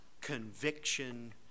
conviction